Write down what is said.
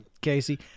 Casey